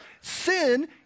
sin